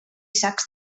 sacs